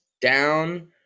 down